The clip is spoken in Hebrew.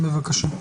בבקשה.